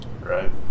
right